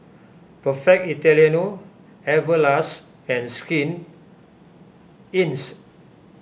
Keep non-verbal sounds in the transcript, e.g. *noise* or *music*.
Perfect Italiano Everlast and Skin *unintelligible*